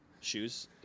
Shoes